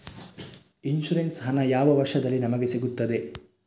Insurance ಹಣ ಯಾವ ವರ್ಷದಲ್ಲಿ ನಮಗೆ ಸಿಗುತ್ತದೆ?